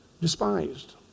despised